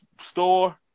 Store